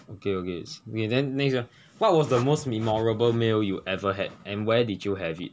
okay okay okay then next ah what was the most memorable meal you ever had and where did you have it